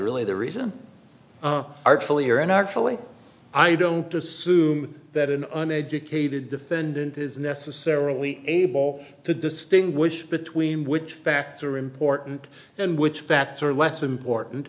really the reason artfully or and actually i don't assume that in an educated defendant is necessarily able to distinguish between which facts are important and which facts are less important